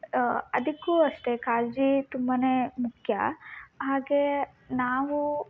ಆ ಅದಕ್ಕೂ ಅಷ್ಟೆ ಕಾಳಜಿ ತುಂಬಾನೇ ಮುಖ್ಯ ಹಾಗೇ ನಾವು